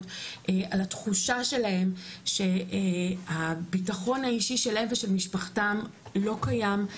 על התחושה שלהם שהביטחון האישי שלהם ושל משפחתם לא קיים,